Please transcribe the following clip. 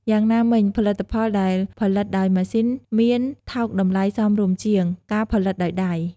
យ៉ាងណាមិញផលិតផលដែលផលិតដោយម៉ាស៊ីនមានថោកតម្លៃសមរម្យជាង ការផលិតដោយដៃ។